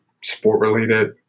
sport-related